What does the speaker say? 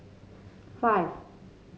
five